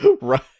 Right